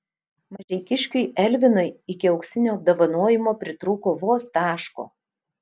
mažeikiškiui elvinui iki auksinio apdovanojimo pritrūko vos taško